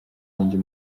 wanjye